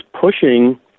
pushing